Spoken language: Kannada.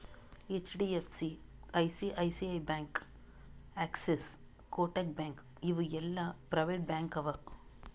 HDFC, ICICI bank, Axis, Kotak bank ಇವು ಎಲ್ಲಾ ಪ್ರೈವೇಟ್ ಬ್ಯಾಂಕ್ ಅವಾ